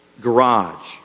garage